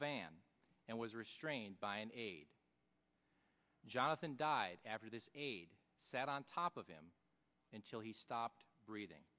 van and was restrained by an aide jonathan died after this aide sat on top of him until he stopped breathing